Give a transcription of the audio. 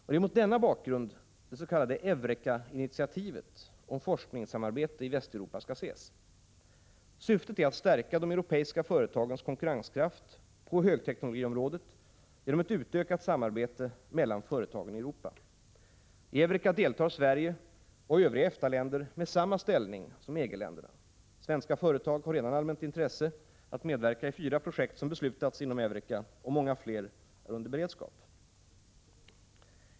Det är mot denna bakgrund det s.k. EUREKA-initiativet om forsknings samarbete i Västeuropa skall ses. Syftet är att stärka de europeiska företagens konkurrenskraft på högteknologiområdet genom ett utökat samarbete mellan företagen i Europa. I EUREKA deltar Sverige och övriga EFTA-länder med samma ställning som EG-länderna. Svenska företag har redan anmält intresse att medverka i fyra projekt som beslutats inom EUREKA, och många fler är under beredskap.